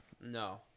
No